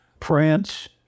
France